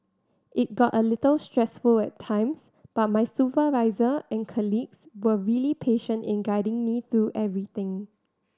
it got a little stressful at times but my supervisor and colleagues were really patient in guiding me through everything